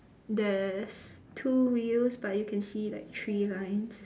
there's two wheels but you can see like three lines